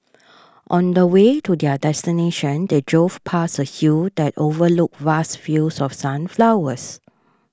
on the way to their destination they drove past a hill that overlooked vast fields of sunflowers